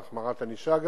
גם בהחמרת ענישה,